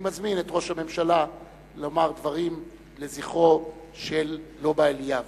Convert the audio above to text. אני מזמין את ראש הממשלה לומר דברים לזכרו של לובה אליאב.